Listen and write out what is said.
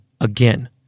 again